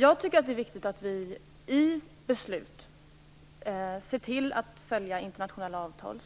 Jag tycker att det är viktigt att vi i beslut ser till att följa internationella avtal